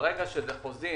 ברגע שזה חוזים